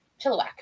chilliwack